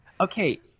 Okay